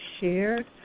shared